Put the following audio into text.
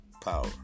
power